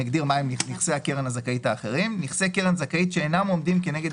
"נכסי הקרן הזכאית האחרים" נכסי קרן זכאית שאינם עומדים כנגד